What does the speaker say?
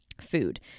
food